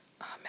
Amen